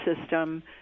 system